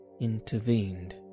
intervened